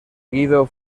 guido